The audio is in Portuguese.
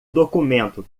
documento